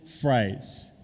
phrase